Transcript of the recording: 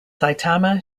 saitama